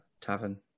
tavern